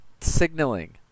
signaling